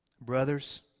Brothers